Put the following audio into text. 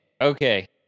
Okay